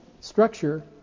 structure